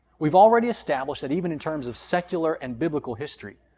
we've already established that even in terms of secular and biblical history,